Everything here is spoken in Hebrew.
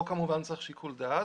פה כמובן צריך שיקול דעת,